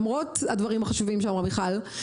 למרות הדברים החשובים שאמרה מיכל.